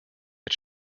mit